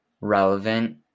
relevant